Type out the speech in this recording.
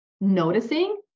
noticing